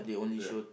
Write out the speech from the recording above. yeah